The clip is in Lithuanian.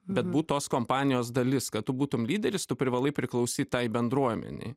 bet būt tos kompanijos dalis kad tu būtum lyderis tu privalai priklausyt tai bendruomenei